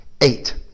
Eight